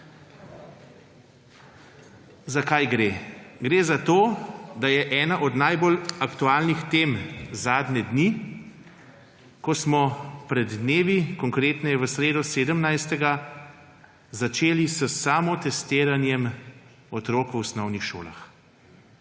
Za kaj gre? Gre za to, da je ena od najbolj aktualnih tem zadnje dni, ko smo pred dnevi, konkretneje v sredo, 17., začeli s samotestiranjem otrok v osnovnih šolah.